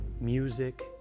music